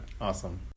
Awesome